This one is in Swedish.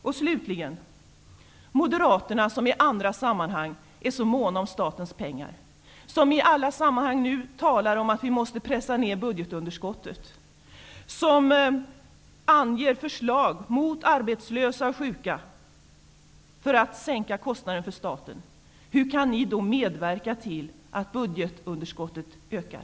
Till sist: Hur kan Moderaterna -- som i andra sammanhang är så måna om statens pengar, som i alla sammanhang talar om att budgetunderskottet måste pressas ned, som anger förslag som drabbar arbetslösa och sjuka för att sänka kostnaderna för staten -- medverka till att budgetunderskottet ökar?